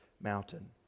mountain